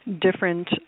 different